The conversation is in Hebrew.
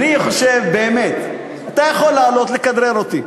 אני חושב, באמת, אתה יכול לעלות ולכדרר אותי.